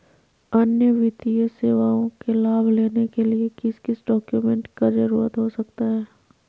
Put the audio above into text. अन्य वित्तीय सेवाओं के लाभ लेने के लिए किस किस डॉक्यूमेंट का जरूरत हो सकता है?